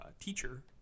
teacher